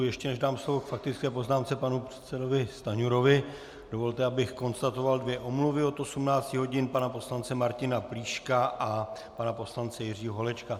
Ještě než dám slovo k faktické poznámce panu předsedovi Stanjurovi, dovolte, abych konstatoval dvě omluvy: od 18 hodin pana poslance Martina Plíška a pana poslance Jiřího Holečka.